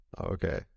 Okay